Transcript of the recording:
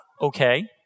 okay